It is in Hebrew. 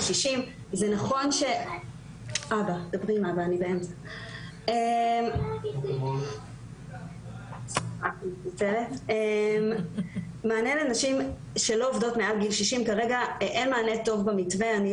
60. כרגע אין מענה טוב במתווה לנשים מעל גיל 60 שלא עובדות.